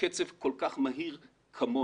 בקצב כל כך מהיר כמונו.